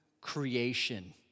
creation